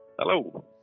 Hello